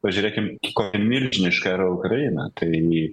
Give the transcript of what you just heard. pažiūrėkim į kokią milžiniška yra ukraina tai